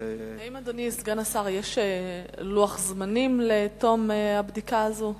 האם לאדוני סגן השר יש לוח זמנים לתום הבדיקה הזו?